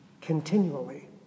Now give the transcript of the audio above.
continually